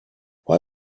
why